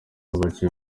baciye